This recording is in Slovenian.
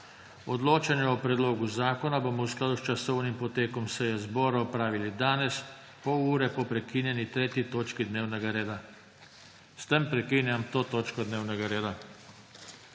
Odločanje o predlogu zakona bomo v skladu s časovnim potekom seje zbora opravili danes pol ure po prekinjeni 3. točki dnevnega reda. S tem prekinjam to točko dnevnega reda.